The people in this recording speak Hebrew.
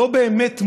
לא באמת מודע.